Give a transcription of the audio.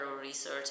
research